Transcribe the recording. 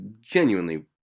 genuinely